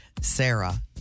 Sarah